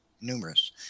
Numerous